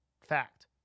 fact